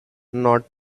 not